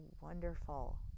wonderful